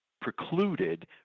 precluded